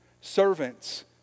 Servants